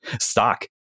stock